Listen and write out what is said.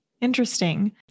interesting